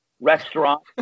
restaurant